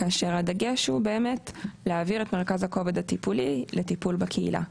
כאשר הדגש הוא באמת להעביר את מרכז הכובד הטיפולי לטיפול בקהילה.